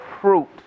fruit